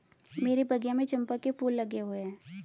मेरे बगिया में चंपा के फूल लगे हुए हैं